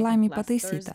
laimei pataisyta